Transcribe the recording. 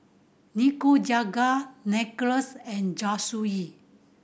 Nikujaga Nachos and Zosui